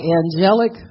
angelic